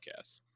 podcast